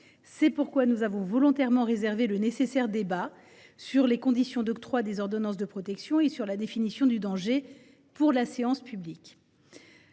C’est pourquoi nous avons volontairement réservé le nécessaire débat sur les conditions d’octroi des ordonnances de protection et sur la définition du danger pour la séance publique.